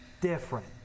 Different